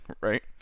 right